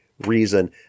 reason